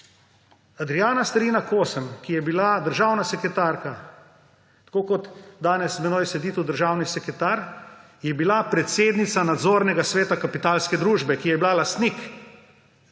Adrijana Starina Kosem, ki je bila državna sekretarka, tako kot danes z menoj sedi tu državni sekretar, je bila predsednica nadzornega sveta Kapitalske družbe, ki je bila, pomemben